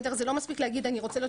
זה לא מספיק להגיד: אני רוצה להיות